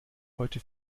heute